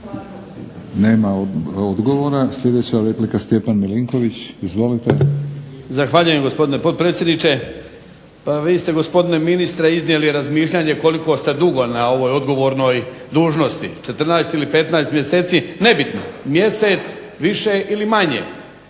Nema odgovora. Sljedeća replika, Stjepan Milinković. Izvolite. **Milinković, Stjepan (HDZ)** Zahvaljujem gospodine potpredsjedniče. Pa vi ste gospodine ministre iznijeli razmišljanje koliko ste dugo na ovoj odgovornoj dužnosti. 14 ili 15 mjeseci, nebitno mjesec više ili manje.